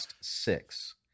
six